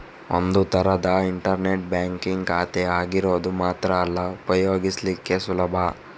ಒಂದು ತರದ internet banking ಖಾತೆ ಆಗಿರೋದು ಮಾತ್ರ ಅಲ್ಲ ಉಪಯೋಗಿಸ್ಲಿಕ್ಕೆ ಸುಲಭ